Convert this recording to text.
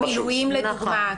כמו מילואים לדוגמה.